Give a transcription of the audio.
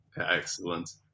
Excellent